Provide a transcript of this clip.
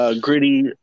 gritty